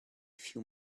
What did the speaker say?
few